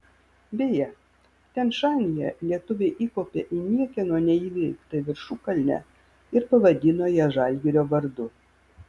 beje tian šanyje lietuviai įkopė į niekieno neįveiktą viršukalnę ir pavadino ją žalgirio vardu